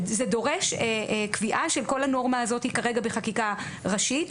זה דורש קביעה של כל הנורמה הזו כרגע בחקיקה ראשית,